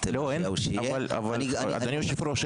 מה שהיה הוא שיהיה --- אדוני היושב ראש,